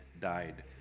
died